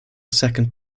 second